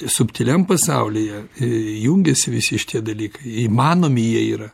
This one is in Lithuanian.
subtiliam pasaulyje jungiasi visi šitie dalykai jie įmanomi jie yra